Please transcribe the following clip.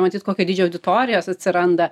matyt kokio dydžio auditorijos atsiranda